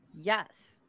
yes